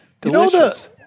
delicious